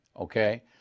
okay